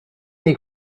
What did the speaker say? nei